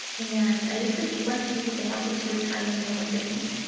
and i use the pink one because i wanted to tie in more of the pink.